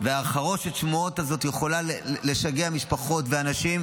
וחרושת השמועות הזאת יכולה לשגע משפחות ואנשים.